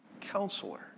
counselor